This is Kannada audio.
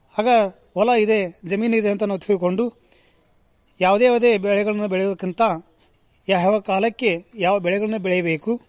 ಆಗ ಹೊಲ ಇದೆ ಜಮೀನಿದೆ ಅಂತ ನಾವು ತಿಳ್ಕೊಂಡು ಯಾವ್ದ ಯಾವುದೇ ಬೆಳೆಗಳನ್ನ ಬೆಳಿಬೇಕಂತ ಯಾವ ಕಾಲಕ್ಕೆ ಯಾವ್ ಬೆಳೆಗಳನ್ನ ಬೆಳಿಬೇಕು